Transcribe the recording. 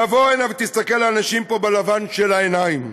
תבוא הנה ותסתכל לאנשים פה בלבן של העיניים.